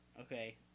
okay